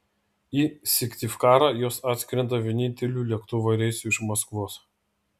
į syktyvkarą jos atskrenda vieninteliu lėktuvo reisu iš maskvos